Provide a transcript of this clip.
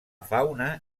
fauna